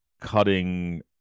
cutting